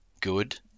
good